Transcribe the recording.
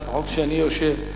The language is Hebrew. לפחות כשאני יושב,